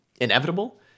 inevitable